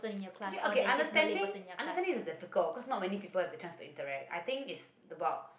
okay okay understanding understanding is difficult because not many people have chance to interact I think it's about